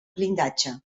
blindatge